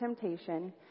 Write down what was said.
temptation